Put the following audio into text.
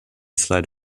slight